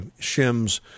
shims